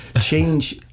change